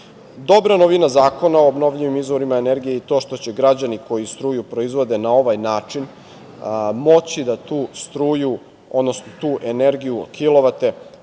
način. Dobra novina zakona o obnovljivim izvorima energije je i to što će građani koji struju proizvode na ovaj način moći da tu struju, odnosno